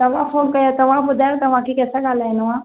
तव्हां फोन कयो तव्हां ॿुधायो तव्हांखे कंहिंसां ॻाल्हाइणो आहे